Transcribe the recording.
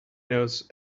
knows